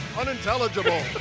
unintelligible